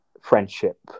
friendship